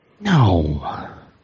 No